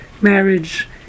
marriage